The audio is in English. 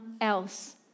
else